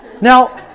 Now